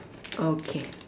okay